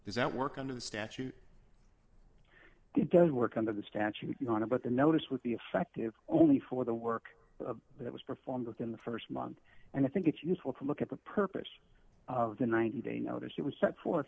does that work under the statute it does work under the statute you want to but the notice would be effective only for the work that was performed within the st month and i think it's useful to look at the purpose of the ninety day notice that was set forth